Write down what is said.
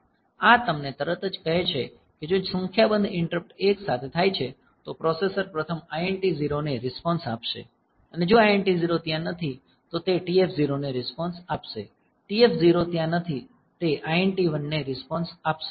આ તમને તરત જ કહે છે કે જો સંખ્યાબંધ ઈંટરપ્ટ એકસાથે થાય છે તો પ્રોસેસર પ્રથમ INT 0 ને રિસ્પોન્સ આપશે અને જો INT 0 ત્યાં નથી તો તે TF0 ને રિસ્પોન્સ આપશે TF0 ત્યાં નથી તે INT1 ને રિસ્પોન્સ આપશે